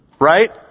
Right